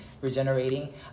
Regenerating